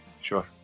Sure